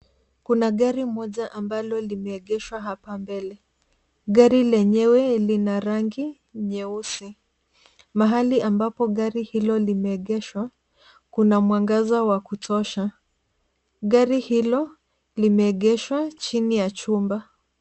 Kuna gari moja ambalo limegeshwa apa mbele. Gari lenyewe lina rangi nyeusi. Mahali ambapo gari hilo limegeshwa kuna mwangaza wa kutosha. Gari hilo limegeshwa chini ya chumba.